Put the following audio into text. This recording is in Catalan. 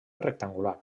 rectangular